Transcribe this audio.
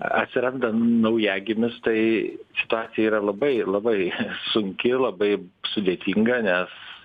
atsiranda naujagimis tai situacija yra labai labai sunki labai sudėtinga nes